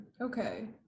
Okay